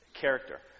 character